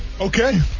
Okay